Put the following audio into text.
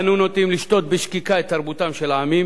אנו נוטים לשתות בשקיקה את תרבותם של העמים,